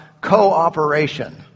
cooperation